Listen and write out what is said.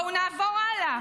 בואו נעבור הלאה.